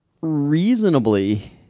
reasonably